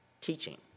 teaching